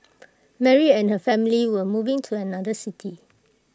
Mary and her family were moving to another city